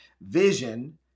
Vision